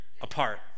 apart